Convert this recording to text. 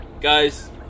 guys